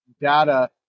data